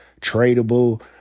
tradable